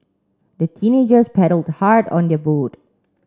the teenagers paddled hard on their boat